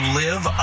live